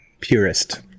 purist